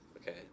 okay